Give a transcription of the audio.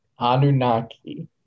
Anunnaki